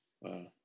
Wow